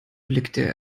blickte